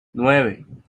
nueve